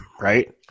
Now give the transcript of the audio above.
Right